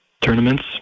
tournaments